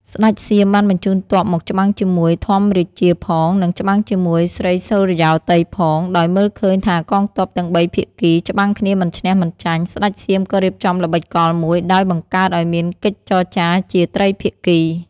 ស្ដេចសៀមបានបញ្ជូនទ័ពមកច្បាំងជាមួយ ធម្មរាជាផង និងច្បាំងជាមួយ ស្រីសុរិយោទ័យផង ដោយមើលឃើញថាកងទ័ពទាំងបីភាគី ច្បាំងគ្នាមិនឈ្នះមិនចាញ់ ស្ដេចសៀមក៏រៀបចំល្បិចកលមួយ ដោយបង្កើតឱ្យមានកិច្ចចរចារជាត្រីភាគី។